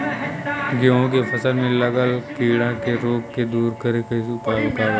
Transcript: गेहूँ के फसल में लागल कीड़ा के रोग के दूर करे के उपाय का बा?